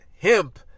hemp